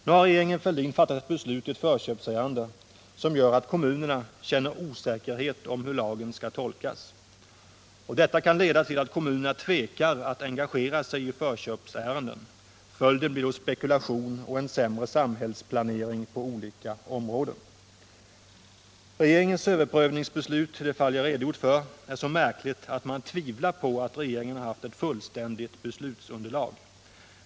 Nu har regeringen Fälldin fattat ett beslut i ett förköpsärende som gör att kommunerna känner osäkerhet om hur lagen skall tolkas. Detta kan leda till att kommunerna tvekar att engagera sig i förköpsärenden. Följden blir spekulation och en sämre samhällsplanering på olika områden. Regeringens överprövningsbeslut i det fall jag redogjort för är så märkligt att man tvivlar på att regeringen haft ett fullständigt beslutsunderlag.